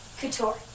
couture